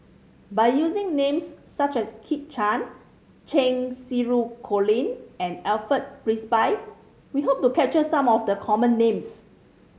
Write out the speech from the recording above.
by using names such as Kit Chan Cheng Xinru Colin and Alfred Frisby we hope to capture some of the common names